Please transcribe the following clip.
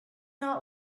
not